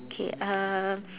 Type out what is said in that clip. okay uh